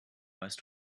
weißt